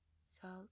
salt